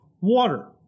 water